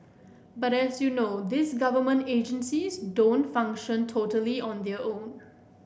but as you know these government agencies don't function totally on their own